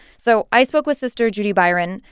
so i spoke with sister judy byron.